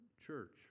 church